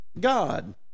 God